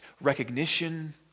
recognition